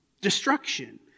Destruction